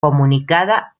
comunicada